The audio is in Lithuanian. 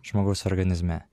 žmogaus organizme